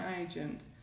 agent